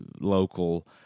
local